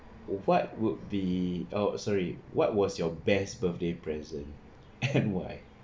what would be oh sorry what was your best birthday present and why